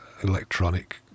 electronic